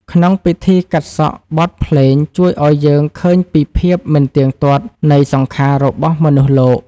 ក្នុងពិធីកាត់សក់ បទភ្លេងជួយឱ្យយើងឃើញពីភាពមិនទៀងទាត់នៃសង្ខាររបស់មនុស្សលោក។